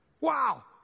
Wow